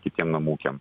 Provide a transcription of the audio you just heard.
kitiem namų ūkiam